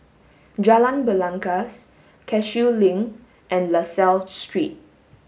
Jalan Belangkas Cashew Link and La Salle Street